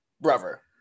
brother